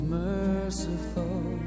merciful